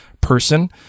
person